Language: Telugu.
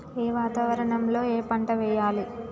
ఏ వాతావరణం లో ఏ పంట వెయ్యాలి?